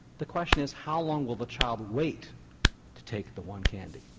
the question is how long will the child wait to take the one candy.